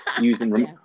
using